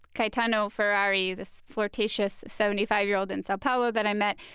caetano ferrari, this flirtatious seventy five year old in sao paulo that i met,